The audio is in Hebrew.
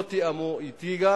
לא תיאמו גם אתי.